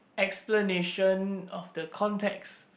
explanation of the context